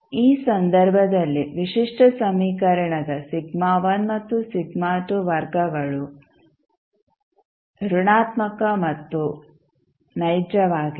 ಈ ಸಂದರ್ಭದಲ್ಲಿ ವಿಶಿಷ್ಟ ಸಮೀಕರಣದ ಮತ್ತು ವರ್ಗಗಳು ಋಣಾತ್ಮಕ ಮತ್ತು ನೈಜವಾಗಿವೆ